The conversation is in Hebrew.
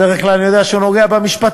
בדרך כלל אני יודע שהוא נוגע במשפטית,